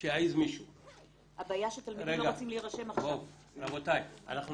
משרד החינוך, אני רוצה